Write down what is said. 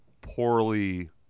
poorly